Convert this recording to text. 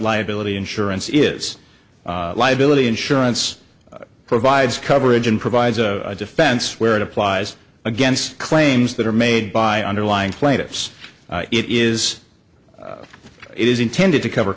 liability insurance is liability insurance provides coverage and provides a defense where it applies against claims that are made by underlying plaintiffs it is it is intended to cover